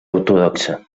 ortodoxa